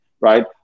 right